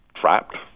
trapped